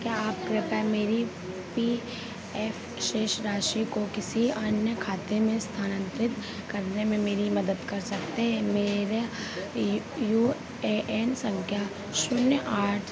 क्या आप कृपया मेरे पी एफ शेष राशि को किसी अन्य खाते में स्थानांतरित करने में मेरी मदद कर सकते हैं मेरे यू ए एन संख्या शून्य आठ